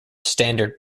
standard